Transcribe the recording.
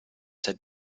said